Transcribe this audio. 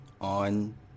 on